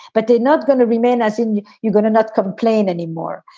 but they're not going to remain as and you're going to not complain anymore.